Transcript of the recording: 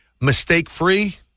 mistake-free